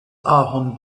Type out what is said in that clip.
ahorn